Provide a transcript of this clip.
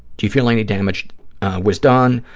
do you feel any damage was done,